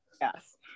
yes